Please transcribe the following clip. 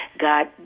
God